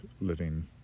living